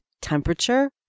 temperature